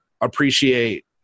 appreciate